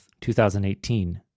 2018